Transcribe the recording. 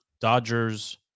Dodgers